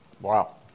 Wow